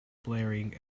blaring